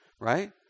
right